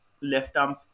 left-arm